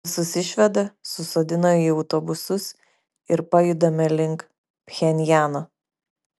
visus išveda susodina į autobusus ir pajudame link pchenjano